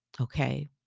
Okay